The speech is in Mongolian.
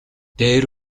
дээр